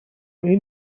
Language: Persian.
این